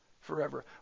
forever